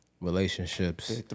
relationships